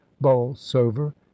Bolsover